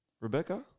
Rebecca